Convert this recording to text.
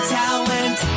talent